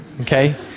Okay